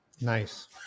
Nice